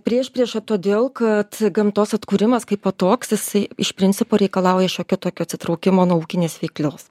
priešprieša todėl kad gamtos atkūrimas kaipo toks jisai iš principo reikalauja šiokio tokio atsitraukimo nuo ūkinės veiklos